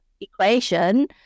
equation